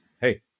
hey